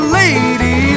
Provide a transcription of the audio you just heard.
lady